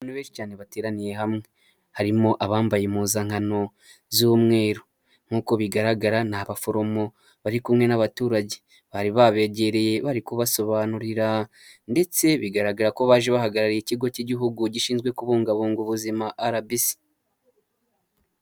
Ni benshi cyane bateraniye hamwe. Harimo abambaye impuzankano z'umweru, nkuko bigaragara ni abaforomo bari kumwe n'abaturage, bari babegereye bari kubasobanurira ndetse bigaragara ko baje bahagarariye ikigo cy'igihugu gishinzwe kubungabunga ubuzima RBC.